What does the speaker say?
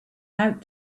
out